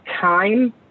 time